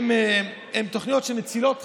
הן תוכניות שמצילות חיים,